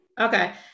Okay